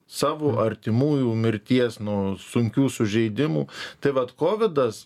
savo artimųjų mirties nuo sunkių sužeidimų tai vat kovidas